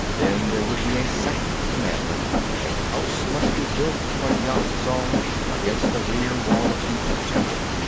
then, there would be a second commandment a house must be built for yat-zar, against the rear wall of each temple.